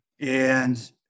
And-